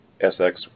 SX